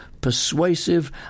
persuasive